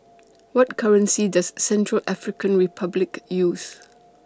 What currency Does Central African Republic use